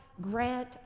grant